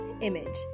image